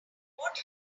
what